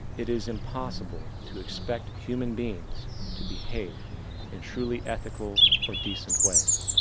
it is impossible to expect human beings to behave in truly ethical or decent ways.